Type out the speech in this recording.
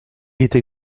était